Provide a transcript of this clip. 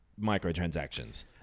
microtransactions